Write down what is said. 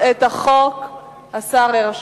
לפיכך אני קובעת שהצעת חוק ייעול הליכי